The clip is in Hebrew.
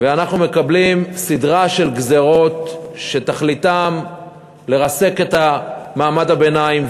ואנחנו מקבלים סדרה של גזירות שתכליתן לרסק את מעמד הביניים,